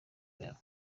yabo